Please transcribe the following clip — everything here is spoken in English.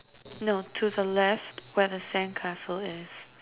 no to the left where the sandcastle is